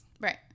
Right